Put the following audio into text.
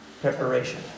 preparation